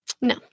No